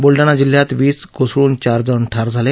बुलडाणा जिल्ह्यात वीज कोसळून चार जण ठार झाले